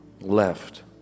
left